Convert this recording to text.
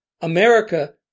America